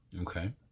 Okay